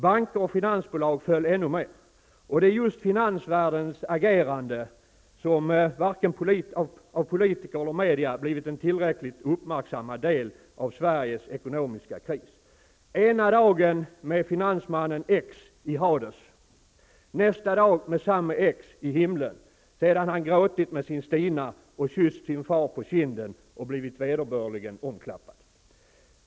Banker och finansbolag föll ännu mer, och det är just finansvärldens agerande som varken av politiker eller media blivit en tillräckligt uppmärksammad del av Sveriges ekonomiska kris. Ena dagen med finansmannen X i Hades. Nästa dag med samme X i himlen, sedan han gråtit med sin Stina och kysst sin far på kinden och blivit vederbörligen omklappad.